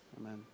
Amen